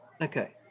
Okay